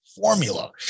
formula